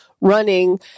running